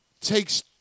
takes